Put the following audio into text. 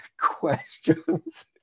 questions